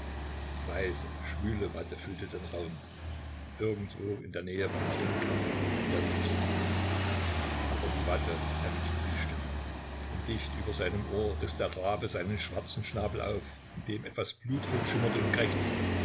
weiße schwüle watte füllte den raum irgendwo in der nähe war marinjka und er rief sie aber die watte dämpfte die stimme und dicht über seinem ohr riß der rabe seinen schwarzen schnabel auf in dem etwas blutrot schimmerte und krächzte